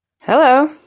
Hello